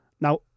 Now